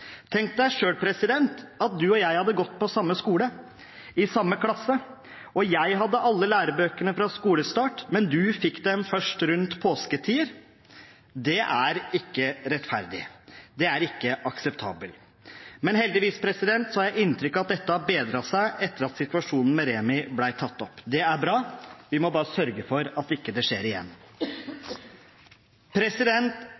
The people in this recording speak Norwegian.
deg selv, president, at du og jeg hadde gått på samme skole, i samme klasse, og jeg hadde alle lærebøkene fra skolestart, men du fikk dem først rundt påsketider. Det er ikke rettferdig. Det er ikke akseptabelt. Men heldigvis har jeg inntrykk av at dette har bedret seg etter at situasjonen med Remi ble tatt opp. Det er bra. Vi må bare sørge for at det ikke skjer igjen.